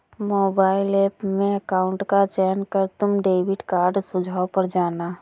mobile app में account का चयन कर तुम डेबिट कार्ड सुझाव पर जाना